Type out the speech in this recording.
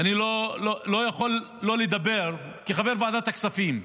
ואני לא יכול שלא לדבר, כחבר ועדת הכספים,